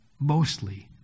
mostly